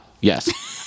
Yes